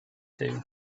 two